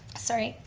sorry.